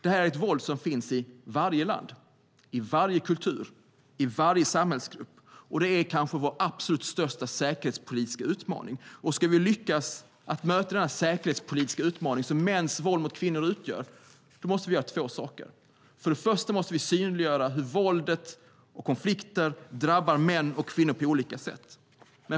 Detta är ett våld som finns i varje land, i varje kultur och i varje samhällsgrupp. Detta är kanske vår absolut största säkerhetspolitiska utmaning. Ska vi lyckas möta denna säkerhetspolitiska utmaning som mäns våld mot kvinnor utgör måste vi göra två saker. För det första måste vi synliggöra hur våld och konflikter drabbar män och kvinnor på olika sätt.